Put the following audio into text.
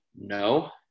No